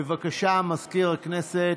בבקשה, מזכיר הכנסת.